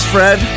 Fred